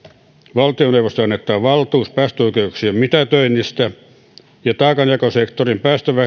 valtioneuvostolle annettava valtuus päästöoikeuksien mitätöinnistä ja taakanjakosektorin